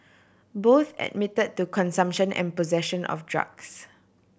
both admitted to consumption and possession of drugs